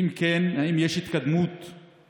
2. אם כן, האם יש התקדמות בחקירה?